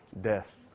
death